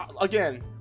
again